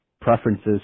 preferences